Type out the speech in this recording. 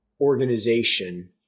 organization